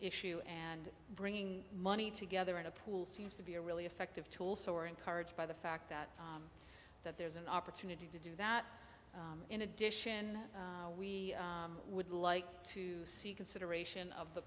issue and bringing money together in a pool seems to be a really effective tool so are encouraged by the fact that that there's an opportunity to do that in addition we would like to see consideration of the